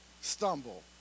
stumble